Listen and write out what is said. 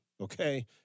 okay